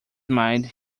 mind